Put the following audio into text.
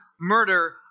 murder